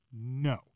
no